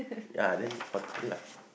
ya then lah